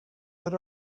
had